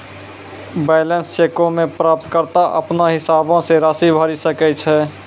blank चेको मे प्राप्तकर्ता अपनो हिसाबो से राशि भरि सकै छै